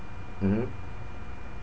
mmhmm